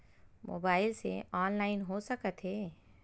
Mobile से online हो सकत हे?